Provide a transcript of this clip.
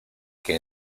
que